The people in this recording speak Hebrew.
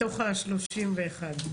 מתוך ה-31?